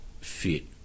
fit